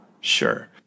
sure